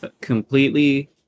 completely